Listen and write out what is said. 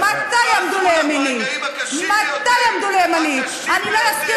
האנשים האלה פה עמדו לימינך ועזרו